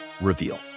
Reveal